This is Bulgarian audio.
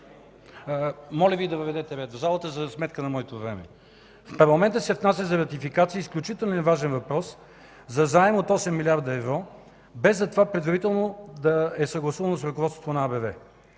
Моля Ви да въведете ред в залата, за сметка на моето време. В парламента се внася за ратификация изключително важен въпрос за заем от 8 млрд. евро, без това предварително да е съгласувано с ръководството на АБВ.